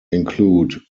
include